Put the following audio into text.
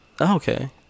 Okay